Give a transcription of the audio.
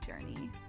journey